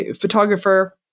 photographer